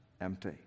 empty